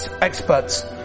experts